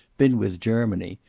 been with germany,